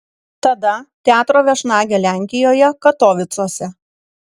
tada teatro viešnagė lenkijoje katovicuose